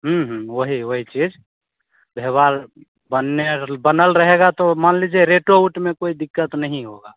हूं हूं वही वही चीज़ व्यवहार बनने अगर बनल रहेगा तो मान लीजिए रेटो ऊट में कोई दिक्कत नहीं होगा